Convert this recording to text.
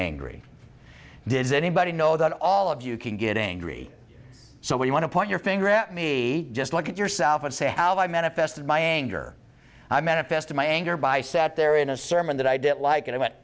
angry does anybody know that all of you can get angry so what you want to point your finger at me just look at yourself and say how i manifested my anger i manifested my anger by sat there in a sermon that i didn't like i